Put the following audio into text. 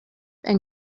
and